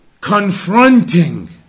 confronting